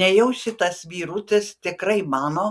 nejaugi šitas vyrutis tikrai mano